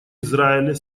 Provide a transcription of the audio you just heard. израиля